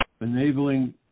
enabling